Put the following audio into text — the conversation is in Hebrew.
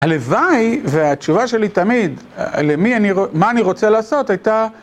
הלוואי והתשובה שלי תמיד למי אני, מה אני רוצה לעשות, הייתה